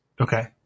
okay